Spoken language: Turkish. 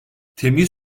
temyiz